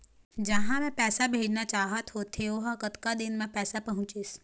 जहां मैं पैसा भेजना चाहत होथे ओहर कतका दिन मा पैसा पहुंचिस?